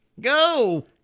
go